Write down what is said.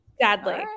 sadly